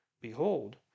Behold